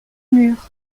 mur